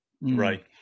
Right